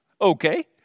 Okay